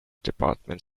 department